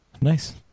nice